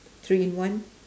three in one